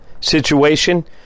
situation